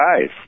guys